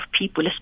people